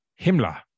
Himmler